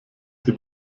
sie